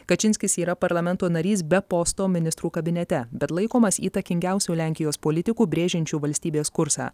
kačinskis yra parlamento narys be posto ministrų kabinete bet laikomas įtakingiausiu lenkijos politiku brėžiančiu valstybės kursą